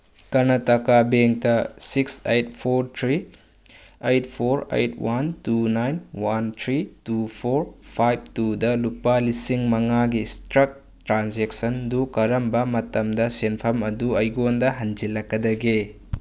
ꯀꯔꯅꯇꯀꯥ ꯕꯦꯡꯇ six eight four three eight four eight one two nine one three two four five ꯇꯨꯗ ꯂꯨꯄꯥ ꯂꯤꯁꯤꯡ ꯃꯉꯥꯒꯤ ꯏꯁꯇ꯭ꯔꯛ ꯇ꯭ꯔꯥꯟꯖꯦꯛꯁꯟꯗꯨ ꯀꯔꯝꯕ ꯃꯇꯝꯗ ꯁꯦꯟꯐꯝ ꯑꯗꯨ ꯑꯩꯉꯣꯟꯗ ꯍꯟꯖꯤꯜꯂꯛꯀꯗꯒꯦ